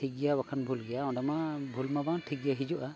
ᱴᱷᱤᱠ ᱜᱮᱭᱟ ᱵᱟᱠᱷᱟᱱ ᱵᱷᱩᱞ ᱜᱮᱭᱟ ᱚᱸᱰᱮᱢᱟ ᱵᱷᱩᱞᱢᱟ ᱵᱟᱝ ᱴᱷᱤᱠᱜᱮ ᱦᱤᱡᱩᱜᱼᱟ